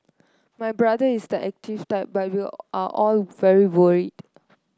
my brother is the active type but we are all very worried